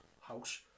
house